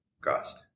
cost